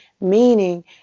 Meaning